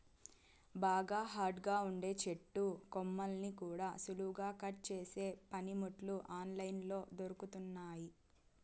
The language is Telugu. బాగా హార్డ్ గా ఉండే చెట్టు కొమ్మల్ని కూడా సులువుగా కట్ చేసే పనిముట్లు ఆన్ లైన్ లో దొరుకుతున్నయ్యి